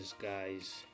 Guys